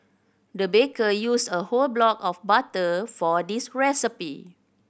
the baker used a whole block of butter for this recipe